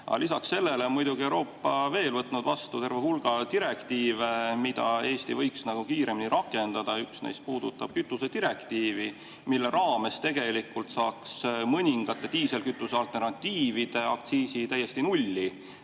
lisaks sellele on muidugi Euroopa veel võtnud vastu terve hulga direktiive, mida Eesti võiks kiiremini rakendada. Üks neist puudutab kütusedirektiivi, mille raames tegelikult saaks mõningate diislikütuse alternatiivide aktsiisi täiesti nulli